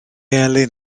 elin